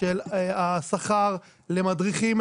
של השכר למדריכים,